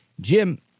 Jim